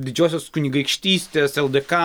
didžiosios kunigaikštystės ldk